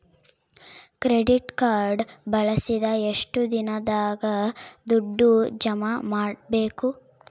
Credit card ಬಳಸಿದ ಎಷ್ಟು ದಿನದಾಗ ದುಡ್ಡು ಜಮಾ ಮಾಡ್ಬೇಕು?